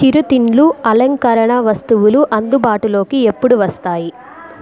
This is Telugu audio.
చిరుతిళ్ళు అలంకరణ వస్తువులు అందుబాటులోకి ఎప్పుడు వస్తాయి